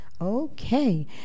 Okay